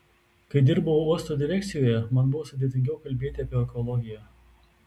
kai dirbau uosto direkcijoje man buvo sudėtingiau kalbėti apie ekologiją